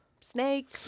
snake